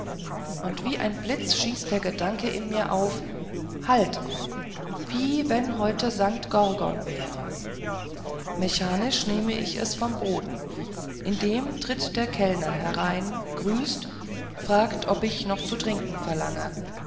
und wie ein blitz schießt der gedanke in mir auf halt wie wenn heut sankt gorgon wäre mechanisch nehm ich es vom boden indem tritt der kellner herein grüßt fragt ob ich noch zu trinken verlange